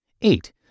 Eight